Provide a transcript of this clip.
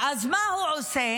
אז מה הוא עושה?